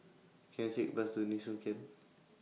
Can I Take A Bus to Nee Soon Camp